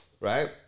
right